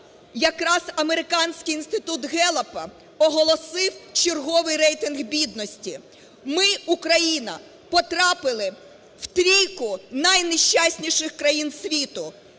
якраз американський Інститут Ґеллапа оголосив черговий рейтинг бідності. Ми, Україна, потрапили у трійку найнещасніших країн світу